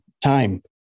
time